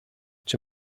czy